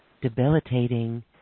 debilitating